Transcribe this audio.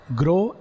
grow